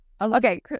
Okay